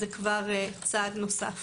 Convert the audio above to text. זה כבר צעד נוסף.